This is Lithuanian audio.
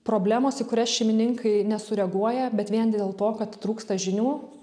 problemos į kurias šeimininkai nesureaguoja bet vien dėl to kad trūksta žinių